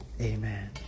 Amen